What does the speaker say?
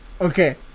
okay